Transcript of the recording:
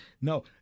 No